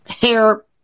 hair